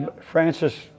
Francis